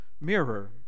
mirror